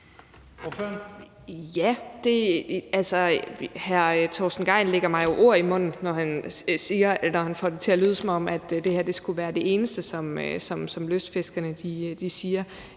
Paulin (S): Hr. Torsten Gejl lægger mig jo ord i munden, når han får det til at lyde, som om det her skulle være det eneste, som lystfiskerne siger.